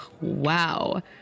wow